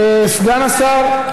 סגן השר,